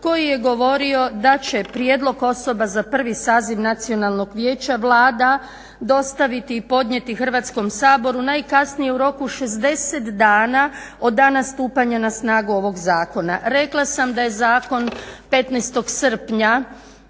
koji je govorio da će prijedlog osoba za prvi saziv Nacionalnog vijeća Vlada dostaviti i podnijeti Hrvatskom saboru najkasnije u roku 60 dana od dana stupanja na snagu ovog zakona. Rekla sam da je zakon 15. srpnja